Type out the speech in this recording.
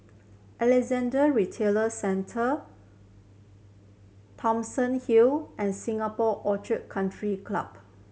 Alexandra Retail Centre Thomson Hill and Singapore Orchid Country Club